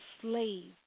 slave